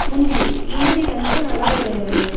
முந்திரி முந்திரி வந்து நல்லா ஒரு